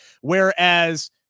Whereas